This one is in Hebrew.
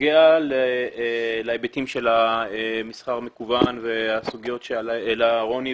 בנוגע להיבטים של המסחר המקוון והסוגיות שהעלו רוני,